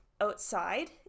outside